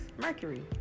Mercury